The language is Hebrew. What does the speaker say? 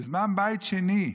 בזמן בית שני,